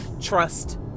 trust